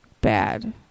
bad